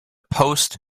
post